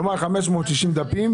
כלומר, 560 דפים.